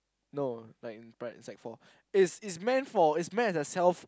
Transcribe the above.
no like in pri~ in sec four it's meant for it's meant as a self